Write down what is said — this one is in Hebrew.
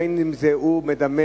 בין שהוא מדמם,